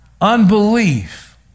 unbelief